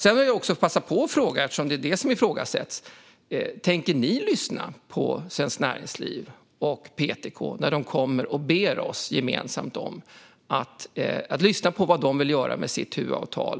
Sedan vill jag passa på att fråga, eftersom det ifrågasätts: Tänker ni lyssna på Svenskt Näringsliv och PTK när de ber oss lyssna på vad de vill göra med sitt huvudavtal?